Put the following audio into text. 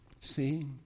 See